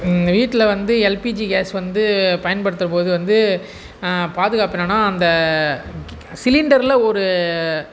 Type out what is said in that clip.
இந்த வீட்டில் வந்து எல்பிஜி கேஸ் வந்து பயன்படுத்த போது வந்து பாதுகாப்பு என்னன்னா அந்த சிலிண்டரில் ஒரு